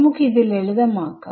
നമുക്ക് ഇത് ലളിതം ആക്കാം